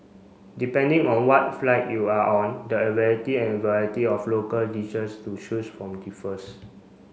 depending on what flight you are on the and variety of local dishes to choose from differs